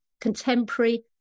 contemporary